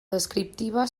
descriptiva